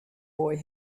boy